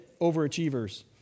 overachievers